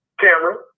camera